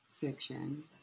fiction